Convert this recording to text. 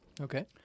Okay